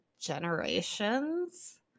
generations